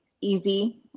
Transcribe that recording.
easy